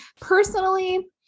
personally